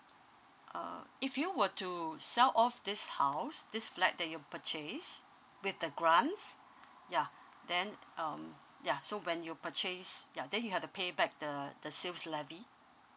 uh if you were to sell off this house this flat that you purchased with the grants yeah then um yeah so when you purchase ya then you have to pay back the the sales levy